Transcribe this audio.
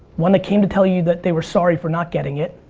one that came to tell you that they were sorry for not getting it.